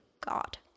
God